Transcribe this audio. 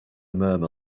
murmur